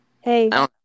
Hey